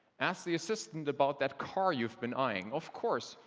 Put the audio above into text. ask the assistant about that car you've been eyeing. of course,